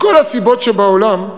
מכל הסיבות שבעולם,